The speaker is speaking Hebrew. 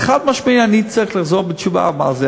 אבל חד-משמעית אני צריך לחזור בתשובה על זה.